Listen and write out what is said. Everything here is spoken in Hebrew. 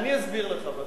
אני אסביר לך.